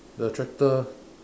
the tractor